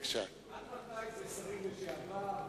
עד מתי זה שרים לשעבר?